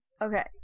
okay